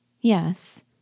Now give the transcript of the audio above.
Yes